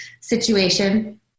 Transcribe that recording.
situation